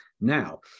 Now